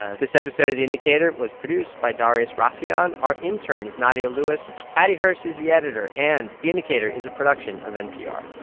ah this episode of the indicator was produced by darius rafieyan. our intern is nadia lewis. paddy hirsch is the editor. and the indicator is a production of npr